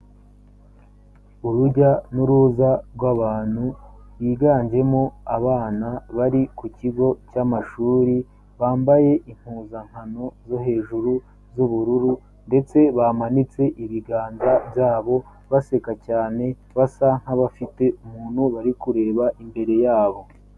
Urujya n'uruza rw'abantu biganjemo abana bari ku kigo cy'amashuri bambaye impuzankano zo hejuru z'ubururu, ndetse bamanitse ibiganza byabo baseka cyane basa nk'abafite umuntu bari kureba imbere yabo.